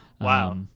Wow